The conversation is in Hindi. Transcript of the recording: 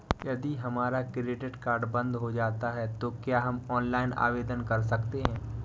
यदि हमारा क्रेडिट कार्ड बंद हो जाता है तो क्या हम ऑनलाइन आवेदन कर सकते हैं?